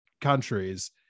countries